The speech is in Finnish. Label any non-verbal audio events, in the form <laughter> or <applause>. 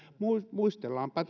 muistellaanpa <unintelligible>